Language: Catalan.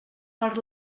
per